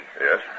Yes